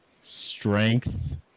strength